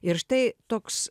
ir štai toks